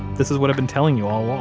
this is what i've been telling you all